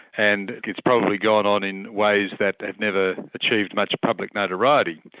and it's probably gone on in ways that had never achieved much public notoriety.